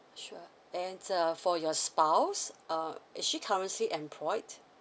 sure and uh for your spouse uh is she currently employed